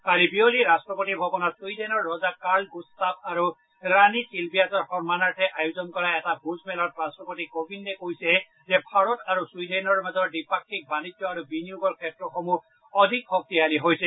কালি বিয়লি ৰাষ্ট্ৰপতি ভৱনত ছুইডেনৰ ৰজা কাৰ্ল গুষ্টাফ আৰু ৰাণী চিলভিয়াৰ সন্মানাৰ্থে আয়োজন কৰা এটা ভোজমেলত ৰাষ্ট্ৰপতি কোবিন্দে কয় যে ভাৰত আৰু ছুইডেনৰ মাজৰ দ্বিপাক্ষকি বাণিজ্য আৰু বিনিয়োগৰ ক্ষেত্ৰসমূহ অধিক শক্তিশালী হৈছে